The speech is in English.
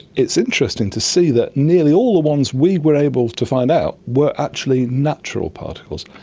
it's interesting to see that nearly all the ones we were able to find out were actually natural particles.